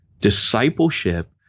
Discipleship